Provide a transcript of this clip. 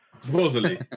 Supposedly